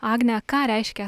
agne ką reiškia